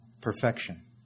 perfection